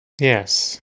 Yes